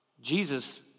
Jesus